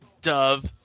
Dove